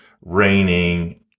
raining